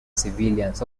civilians